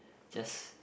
just